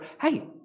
hey